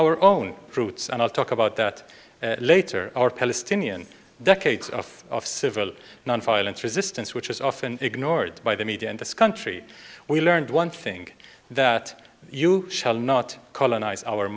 our own roots and i'll talk about that later or palestinian decades of civil nonviolent resistance which is often ignored by the media in this country we learned one thing that you shall not colonize our